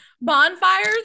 bonfires